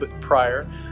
prior